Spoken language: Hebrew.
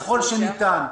ככל שניתן.